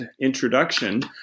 introduction